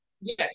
Yes